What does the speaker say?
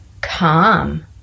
calm